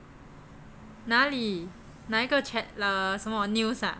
哪里哪一个 chat uh 什么 news ah